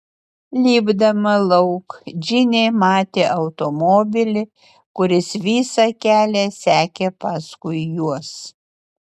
lipdama lauk džinė matė automobilį kuris visą kelią sekė paskui juos